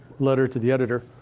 letter to the editor,